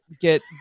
get